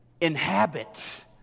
inhabit